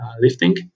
lifting